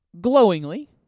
glowingly